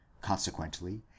consequently